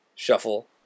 shuffle